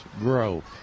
growth